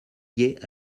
liées